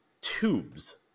tubes